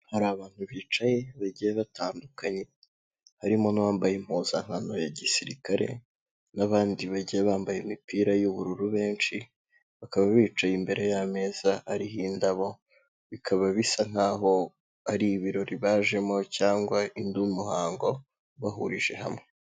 Hari abantu bicaye bagiye batandukanye, harimo n'uwambaye impuzankano ya gisirikare n'abandi bagiye bambaye imipira y'ubururu benshi, bakaba bicaye imbere y'ameza ariho indabo, bikaba bisa nkaho ari ibirori bajemo cyangwa undi muhango ubahurije hamwe.